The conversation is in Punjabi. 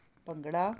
ਭੰਗੜਾ